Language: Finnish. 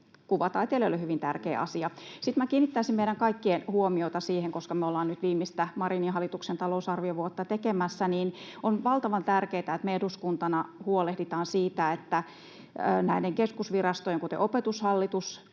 kuvataiteilijoille hyvin tärkeä asia. Sitten minä kiinnittäisin meidän kaikkien huomiota siihen, koska me ollaan nyt viimeistä Marinin hallituksen talousarviovuotta tekemässä, että on valtavan tärkeää, että me eduskuntana huolehditaan siitä, että näillä keskusvirastoilla, isoilla